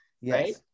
Yes